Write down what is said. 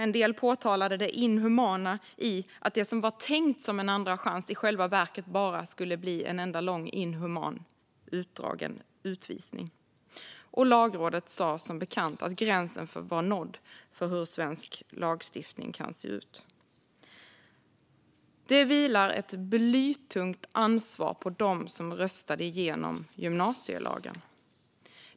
En del påtalade det inhumana i att det som var tänkt som en andra chans i själva verket bara skulle bli en enda lång och utdragen utvisning. Och Lagrådet sa som bekant att gränsen var nådd för hur svensk lagstiftning kan se ut. Det vilar ett blytungt ansvar på er som röstade igenom gymnasielagen.